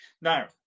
Now